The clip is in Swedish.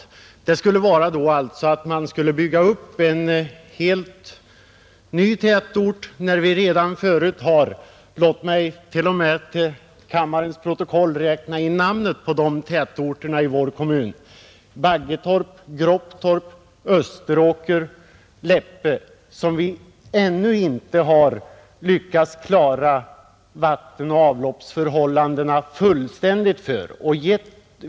Avsikten skulle alltså vara att bygga upp en helt ny tätort när vi redan förut har, låt mig till kammarens protokoll läsa in namnen på de tätorterna i vår kommun: Baggetorp, Gropetorp, Österåker och Läppe, för vilka vi ännu inte lyckats klara vattenoch avloppsförhållandena fullständigt.